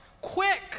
quick